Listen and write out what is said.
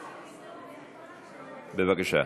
בבקשה.